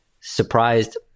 surprised